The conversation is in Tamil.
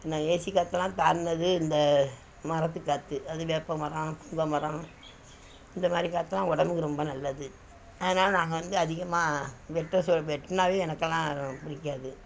இந்த ஏசி காற்றலாம் தாண்டுனது இந்த மரத்து காற்று அது வேப்ப மரம் புங்கை மரம் இந்தமாதிரி காற்றலாம் உடம்புக்கு ரொம்ப நல்லது அதனால நாங்கள் வந்து அதிகமாக வெட்ட சொ வெட்டுனாவே எனக்கெல்லாம் பிடிக்காது